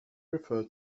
refer